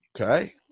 okay